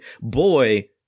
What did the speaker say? Boy